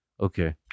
Okay